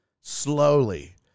slowly